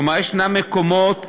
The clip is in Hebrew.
כלומר, יש מקומות שבהם,